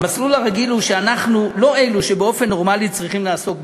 המסלול הרגיל הוא שאנחנו לא אלו שבאופן נורמלי צריכים לעסוק בזה.